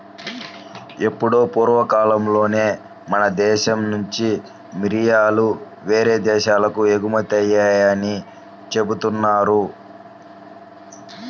ఎప్పుడో పూర్వకాలంలోనే మన దేశం నుంచి మిరియాలు యేరే దేశాలకు ఎగుమతయ్యాయని జెబుతున్నారు